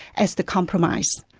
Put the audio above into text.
as the compromise.